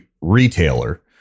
retailer